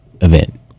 event